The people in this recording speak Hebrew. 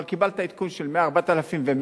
אבל קיבלת עדכון של 100. 4,100,